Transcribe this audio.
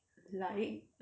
like